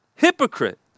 hypocrite